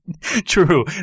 True